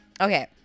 Okay